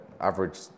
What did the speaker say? average